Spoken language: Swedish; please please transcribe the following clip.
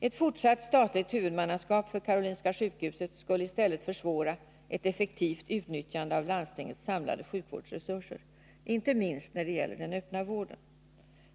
Ett fortsatt statligt huvudmannaskap för Karolinska sjukhuset skulle i stället försvåra ett effektivt utnyttjande av landstingets samlade sjukvårdsresurser, inte minst när det gäller den öppna vården.